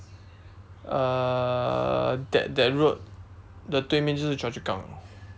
uh that that road the 对面就是 chua-chu-kang